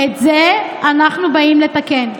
את זה אנחנו באים לתקן.